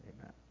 Amen